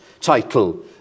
title